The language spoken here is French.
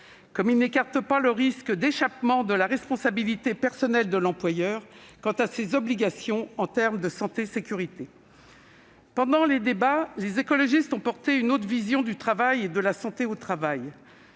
comme il n'écarte pas le risque d'échappement de la responsabilité personnelle de l'employeur quant à ses obligations en termes de santé et de sécurité. Pendant les débats, les écologistes ont porté une autre vision du travail et de la santé au travail.